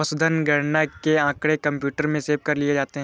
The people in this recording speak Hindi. पशुधन गणना के आँकड़े कंप्यूटर में सेव कर लिए जाते हैं